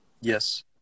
Yes